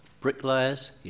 bricklayers